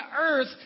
earth